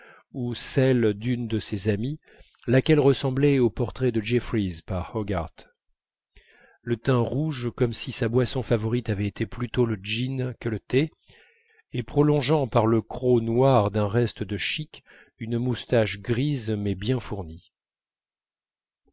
ou celle de ses amies laquelle ressemblait au portrait de jeffries par hogarth le teint rouge comme si sa boisson favorite avait été plutôt le gin que le thé et prolongeant par le croc noir d'un reste de chique une moustache grise mais bien fournie